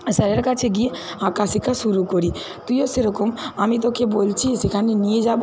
স্যারের কাছে গিয়ে আঁকা শেখা শুরু করি তুইও সেরকম আমি তোকে বলছি সেখানে নিয়ে যাবো